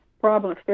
problems